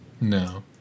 No